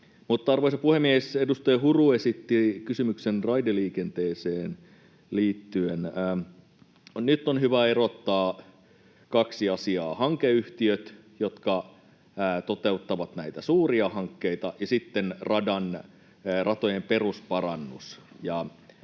Arvoisa puhemies! Edustaja Huru esitti kysymyksen raideliikenteeseen liittyen. Nyt on hyvä erottaa kaksi asiaa: hankeyhtiöt, jotka toteuttavat näitä suuria hankkeita, ja sitten ratojen perusparannus.